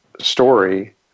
story